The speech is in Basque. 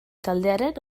taldearen